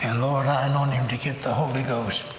and lord, i anoint him to get the holy ghost.